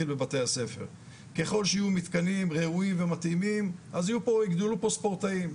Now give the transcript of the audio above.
בבית-ספר ככל שיהיו מתקנים ראויים ומתאימים אז יגדלו פה ספורטאים.